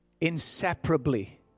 inseparably